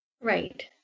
Right